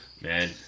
man